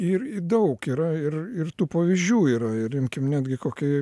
ir daug yra ir ir tų pavyzdžių yra ir imkim netgi kokį